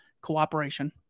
cooperation